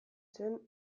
zen